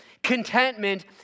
Contentment